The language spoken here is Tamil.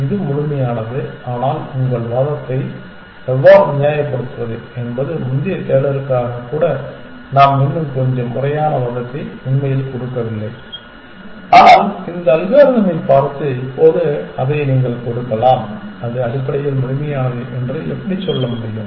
இது முழுமையானது ஆனால் உங்கள் வாதத்தை எவ்வாறு நியாயப்படுத்துவது என்பது முந்தைய தேடலுக்காக கூட நாம் இன்னும் கொஞ்சம் முறையான வாதத்தை உண்மையில் கொடுக்கவில்லை ஆனால் இந்த அல்காரிதமைப் பார்த்து இப்போது அதை நீங்கள் கொடுக்கலாம் அது அடிப்படையில் முழுமையானது என்று எப்படி சொல்ல முடியும்